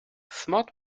smart